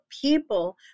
people